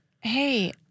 hey